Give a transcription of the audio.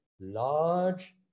large